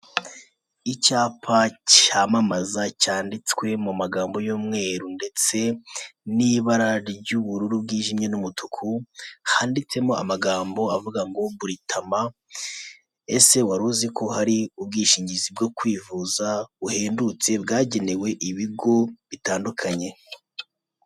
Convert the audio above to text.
icyapa cyamamaza cyanditswe mu magambo y'umweru ndetse n'ibara ry'ubururu bwijimye n'umutuku handitsemo amagambo avuga ngo "buritama ese wari uzi ko hari ubwishingizi bwo kwivuza buhendutse bwagenewe ibigo bitandukanye".